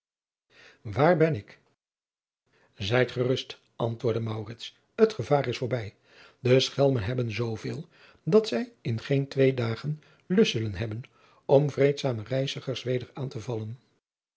waar ben ik ijt gerust antwoordde het gevaar is voorbij e schelmen hebben zooveel dat zij in geen twee dagen lust zullen hebben om vreedzame reizigers weder aan te vallen